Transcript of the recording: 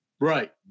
Right